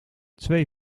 twee